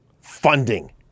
funding